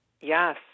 Yes